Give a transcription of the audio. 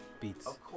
beats